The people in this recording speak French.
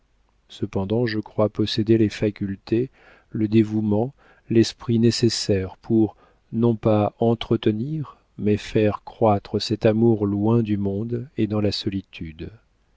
cependant je crois posséder les facultés le dévouement l'esprit nécessaires pour non pas entretenir mais faire croître cet amour loin du monde et dans la solitude